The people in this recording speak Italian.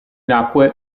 nacque